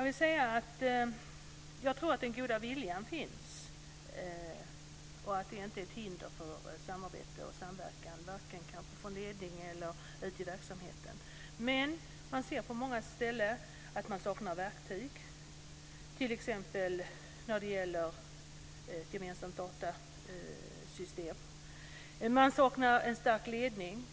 Fru talman! Jag tror att det finns en god vilja. Vare sig ledningen eller verksamheten i stort anser nog inte att det finns något hinder mot samarbete. Men på många ställen saknar man verktyg, t.ex. när det gäller ett gemensamt datasystem.